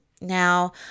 Now